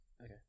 Okay